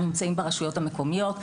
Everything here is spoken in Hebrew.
נמצאים ברשויות המקומיות.